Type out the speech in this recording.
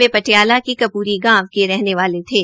वे पटियाला के कपूरी गांव के रहने वाले थे